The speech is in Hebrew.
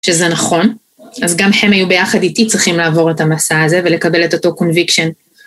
שזה נכון, אז גם הם היו ביחד איתי צריכים לעבור את המסע הזה, ולקבל את אותו קונביקשן.